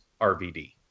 RVD